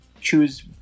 choose